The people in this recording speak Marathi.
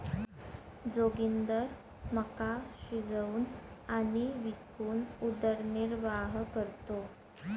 जोगिंदर मका शिजवून आणि विकून उदरनिर्वाह करतो